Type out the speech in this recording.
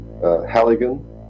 halligan